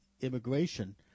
immigration